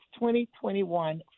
2021